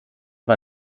war